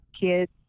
kids